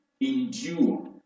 endure